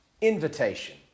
invitation